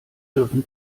dürfen